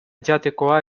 jatekoa